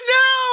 no